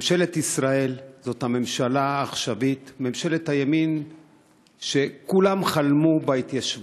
ממשלת ישראל העכשווית זאת ממשלת הימין שכולם חלמו עליה בהתיישבות.